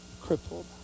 crippled